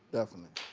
definitely.